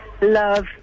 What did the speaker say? love